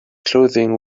clothing